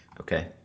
okay